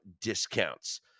discounts